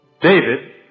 David